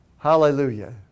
Hallelujah